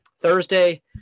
Thursday